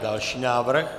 Další návrh.